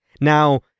Now